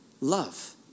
love